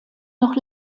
noch